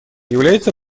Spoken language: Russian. является